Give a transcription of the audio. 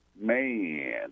Man